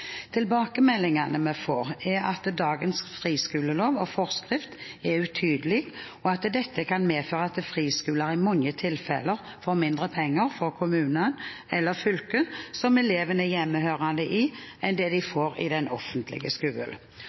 Tilbakemeldingene vi får, er at dagens friskolelov og forskrift er utydelig, og at dette kan medføre at friskoler i mange tilfeller får mindre penger fra kommunen eller fylket som eleven er hjemmehørende i, enn det de får i den offentlige